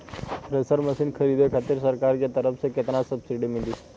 Thresher machine खरीदे खातिर सरकार के तरफ से केतना सब्सीडी मिली?